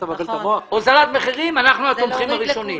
הוזלת מחירים אנחנו התומכים הראשונים.